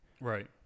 Right